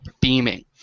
beaming